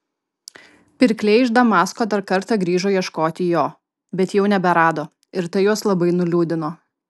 pirkliai iš damasko dar kartą grįžo ieškoti jo bet jau neberado ir tai juos labai nuliūdino